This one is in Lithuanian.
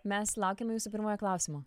mes laukiame jūsų pirmojo klausimo